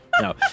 no